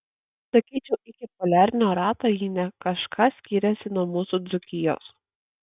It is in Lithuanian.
sakyčiau iki poliarinio rato ji ne kažką skiriasi nuo mūsų dzūkijos